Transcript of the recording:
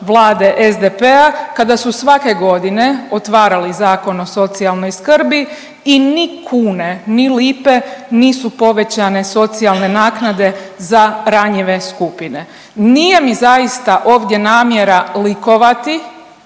Vlade SDP-a kada su svake godine otvarali Zakon o socijalnoj skrbi i ni kune, ni lipe nisu povećane socijalne naknade za ranjive skupine. Nije mi zaista ovdje namjera likovati